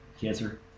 cancer—